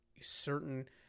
certain